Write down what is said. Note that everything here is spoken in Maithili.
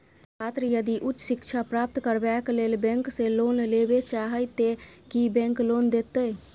छात्र यदि उच्च शिक्षा प्राप्त करबैक लेल बैंक से लोन लेबे चाहे ते की बैंक लोन देतै?